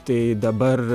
tai dabar